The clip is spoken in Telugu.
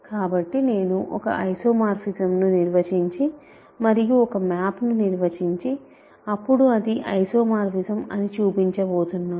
కాబట్టి నేను ఒక ఐసోమార్ఫిజమ్ను నిర్వచించి మరియు ఒక మ్యాప్ ను నిర్వచించి అప్పుడు అది ఐసోమార్ఫిజం అని చూపించబోతున్నాను